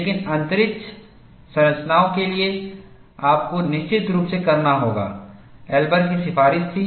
लेकिन अंतरिक्ष संरचनाओं के लिए आपको निश्चित रूप से करना होगा एल्बर की सिफारिश थी